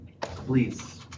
Please